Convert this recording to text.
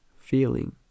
feeling